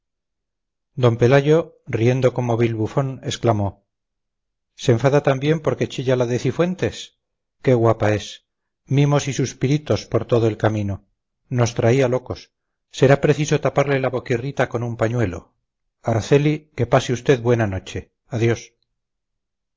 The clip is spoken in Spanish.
d pelayo riendo como vil bufón exclamó se enfada también porque chilla la de cifuentes qué guapa es mimos y suspiritos por todo el camino nos traía locos será preciso taparle la boquirrita con un pañuelo araceli que pase usted buena noche adiós